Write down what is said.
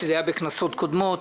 שנערכו בכנסות קודמות.